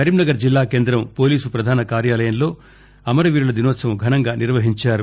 కరీంనగర్ జిల్లా కేందం పోలీస్ పధాన కార్యాలయంలో పోలీసు అమరవీరుల దినోత్సవం ఘనంగా నిర్వహించారు